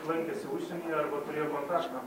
lankėsi užsieny arba turėjo kontaktą